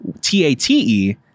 T-A-T-E